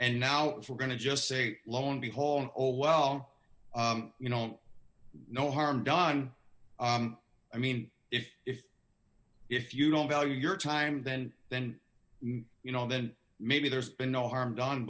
and now we're going to just say lo and behold old well you know no harm done i mean if if if you don't value your time then then you know then maybe there's been no harm done